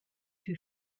who